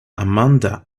amanda